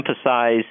emphasize